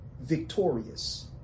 victorious